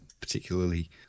particularly